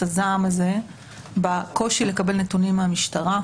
הזעם הזה בקושי לקבל נתונים מהמשטרה,